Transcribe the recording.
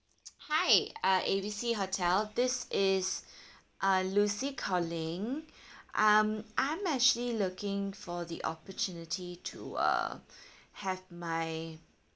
hi uh A B C hotel this is uh lucy calling um I'm actually looking for the opportunity to uh have my